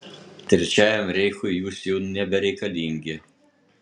trečiajam reichui jūs jau nebereikalingi